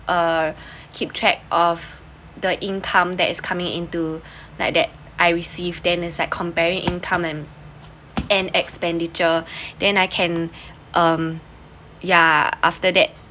uh keep track of the income that is coming into like that I received then is like comparing income and and expenditure then I can um yeah after that